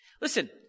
Listen